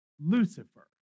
Lucifer